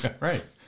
Right